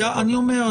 אני אומר.